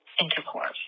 intercourse